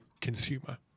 consumer